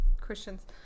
Christians